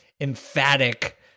emphatic